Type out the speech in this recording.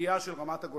לסוגיה של רמת-הגולן,